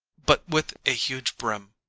but with a huge brim,